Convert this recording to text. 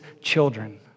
children